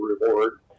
reward